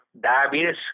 diabetes